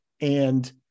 And-